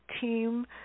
Team